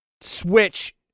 Switch